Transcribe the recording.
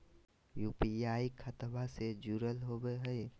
UPI खतबा से जुरल होवे हय?